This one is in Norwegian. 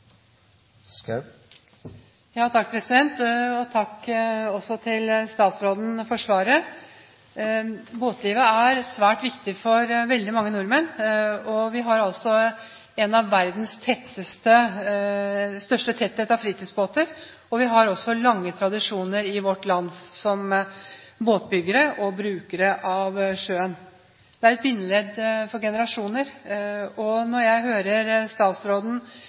Takk til statsråden for svaret. Båtlivet er svært viktig for veldig mange nordmenn. Vi er blant de land i verden som har størst tetthet av fritidsbåter. Vi har også lange tradisjoner i vårt land som båtbyggere og brukere av sjøen. Det er et bindeledd for generasjoner. Når jeg hører statsråden